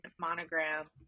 monogram